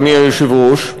אדוני היושב-ראש,